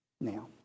Now